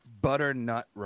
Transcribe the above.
butternut